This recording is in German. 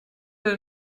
der